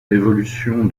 évolution